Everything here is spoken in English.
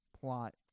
plot